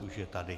Už je tady.